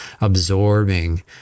absorbing